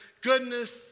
goodness